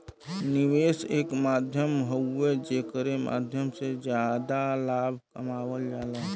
निवेश एक माध्यम हउवे जेकरे माध्यम से जादा लाभ कमावल जाला